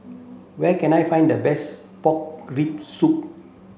where can I find the best pork rib soup